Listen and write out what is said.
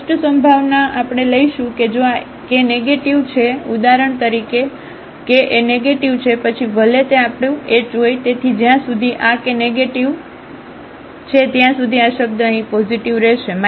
તેથી ફસ્ટસંભાવના આપણે લઈશું કે જો આ k નેગેટીવ નેગેટીવ છે ઉદાહરણ તરીકે તેથી જો કે K એ નેગેટીવ છે પછી ભલે તે આપણું h છે તેથી જ્યાં સુધી આ કે નેગેટીવ છે ત્યાં સુધી આ શબ્દ અહીં પોઝિટિવ રહેશે